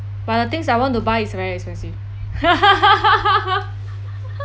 but the things I want to buy is very expensive